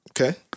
Okay